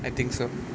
I think so